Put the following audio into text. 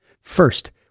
First